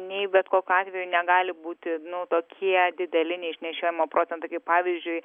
nei bet kokiu atveju negali būti nu tokie dideli neišnešiojimo procentai kaip pavyzdžiui